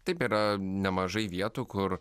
taip yra nemažai vietų kur